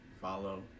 Follow